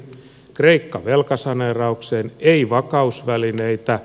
kreikka velkasaneeraukseen ei vakausvälineitä